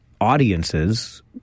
audiences